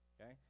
okay